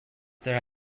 there